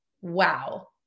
wow